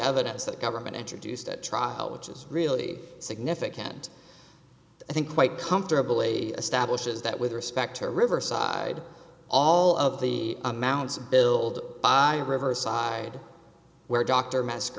evidence that government introduced at trial which is really significant i think quite comfortably establishes that with respect to riverside all of the amounts billed by the riverside where dr mas